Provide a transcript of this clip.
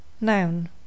Noun